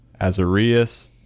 Azarias